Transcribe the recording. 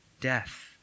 death